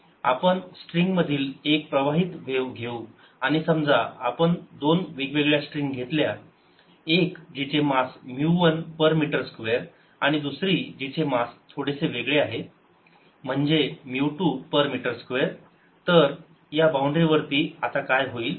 आपण स्ट्रिंग मधील एक प्रवाहित व्हेव घेऊ आणि समजा आपण दोन वेगवेगळ्या स्ट्रिंग घेतल्या एक जिचे mass mu one per metre square आणि दुसरी जी चे मास थोडेसे वेगळे आहे म्हणजे mu two per metre square तर या बाउंड्री वरती आता काय होईल